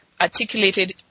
articulated